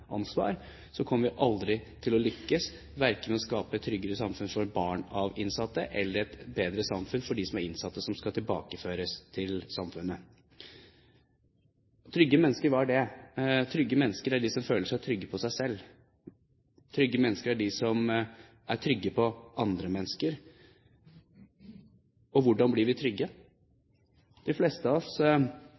kommer vi aldri til å lykkes verken med å skape tryggere samfunn for barn av innsatte eller et bedre samfunn for dem som er innsatte og skal tilbakeføres til samfunnet. Trygge mennesker, hva er det? Trygge mennesker er de som føler seg trygge på seg selv. Trygge mennesker er de som er trygge på andre mennesker. Og hvordan blir vi trygge? De fleste av oss